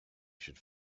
should